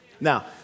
Now